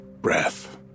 breath